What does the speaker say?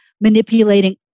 manipulating